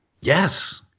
Yes